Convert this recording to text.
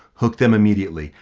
hook them immediately,